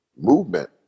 movement